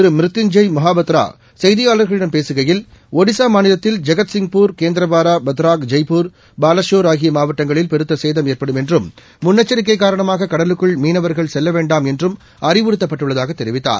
ம்ருத்யுஞ்ஜெய்மொஹாபத்திரா செய்தியாளா்களிடம் பேசுகையில் ஒடிசா மாநிலத்தில் ஜெகத்சிங்பூர் கேந்திரபாரா பத்ராக் ஜெய்பூர் பலஷோர் ஆகிய மாவட்டங்களில் பெருத்த சேதம் ஏற்படும் என்றும் முன்னெச்சிக்கை காரணமாக கடலுக்குள் மீனவர்கள் செல்ல வேண்டாம் என்று அறிவுறுத்தப்பட்டுள்ளதாக தெரிவித்தார்